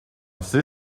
sit